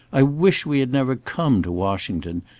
i wish we had never come to washington.